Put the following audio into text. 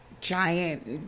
giant